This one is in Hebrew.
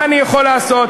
מה אני יכול לעשות.